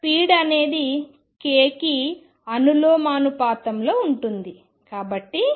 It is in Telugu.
స్పీడ్ అనేది k కి అనులోమానుపాతంలో ఉంటుంది